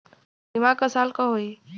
बीमा क साल क होई?